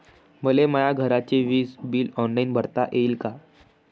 मले माया घरचे विज बिल ऑनलाईन भरता येईन का?